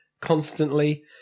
constantly